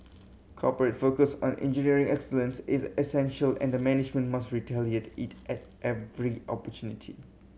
corporate focus on engineering excellence is essential and the management must reiterate it at every opportunity